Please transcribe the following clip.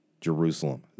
Jerusalem